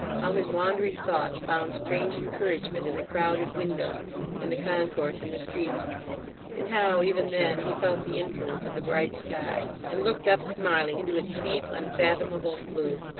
how his wandering thoughts found strange encouragement in the crowded windows and the concourse in the streets and how, even then, he felt the influence of the bright sky, and looked up, smiling, into its deep unfathomable blue.